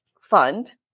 fund